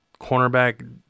cornerback